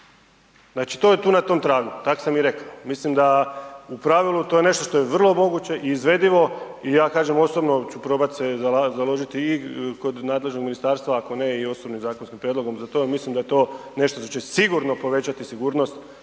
znači to je tu na tom tragu, tako sam i rekao. Mislim da u pravilu to je nešto što je vrlo moguće i izvedivo i ja kažem osobno ću probat se založiti i kod nadležnog ministarstva, ako ne i osobnim zakonskim prijedlogom za to, mislim da je to nešto što će sigurno povećati sigurnost